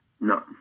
No